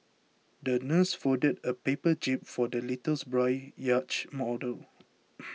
the nurse folded a paper jib for the little boy's yacht model